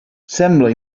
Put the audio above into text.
sembla